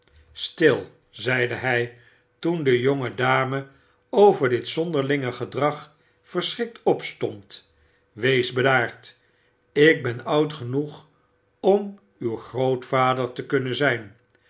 stil zeide hij toen de jonge dame over dit zonderlinge gedrag verschrikt opstond wees bedaard ik ben oud genoeg om uw grootvader te kunnen zijn